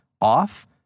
off